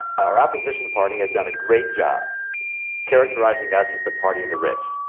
our opposition party has done a great job characterizing us as the party of the rich.